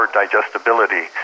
digestibility